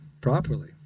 properly